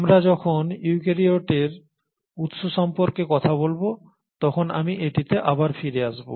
আমরা যখন ইউক্যারিওটের উৎস সম্পর্কে কথা বলব তখন আমি এটিতে আবার ফিরে আসব